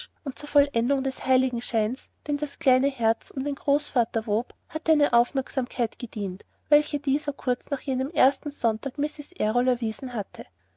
und zur vollendung des heiligenscheins den das kleine herz um den großvater wob hatte eine aufmerksamkeit gedient welche dieser kurz nach jenem ersten sonntag mrs errol erwiesen hatte